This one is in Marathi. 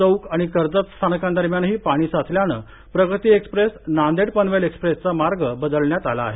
चौक आणि कर्जत स्थानकांदरम्यानही पाणी साचल्यानं प्रगती एक्स्प्रेस नांदेड पनवेल एक्सप्रेसचा मार्ग बदलण्यात आला आहे